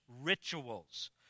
rituals